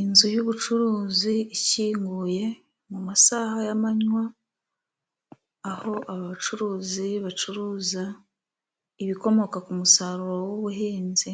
Inzu y'ubucuruzi ikinguye mu masaha y'amanywa, aho abacuruzi bacuruza ibikomoka ku musaruro w'ubuhinzi